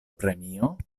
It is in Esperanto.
premio